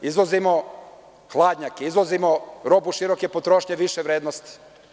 Izvozimo hladnjake, izvozimo robu široke potrošnje više vrednosti.